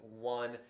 one